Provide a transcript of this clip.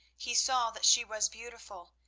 he saw that she was beautiful,